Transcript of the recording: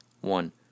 One